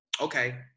Okay